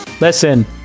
Listen